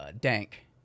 Dank